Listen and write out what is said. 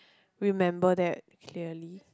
remember that clearly